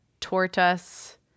tortoise